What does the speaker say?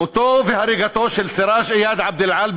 מותו והריגתו של סיראג' איאד עבד-אלעאל,